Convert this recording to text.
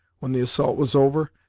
when the assault was over,